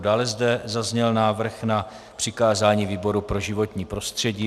Dále zde zazněl návrh na přikázání výboru pro životní prostředí.